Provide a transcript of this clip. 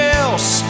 else